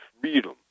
freedom